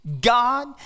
God